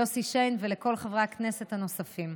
יוסי שיין ולכל חברי הכנסת הנוספים.